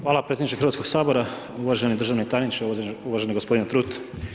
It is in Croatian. Hvala predsjedniče Hrvatskog sabora, uvaženi državni tajniče, uvaženi gospodine Trut.